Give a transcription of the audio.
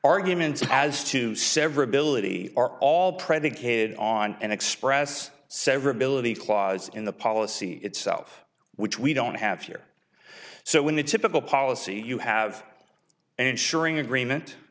arguments as to severability are all predicated on an express severability clause in the policy itself which we don't have here so when the typical policy you have ensuring agreement